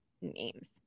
names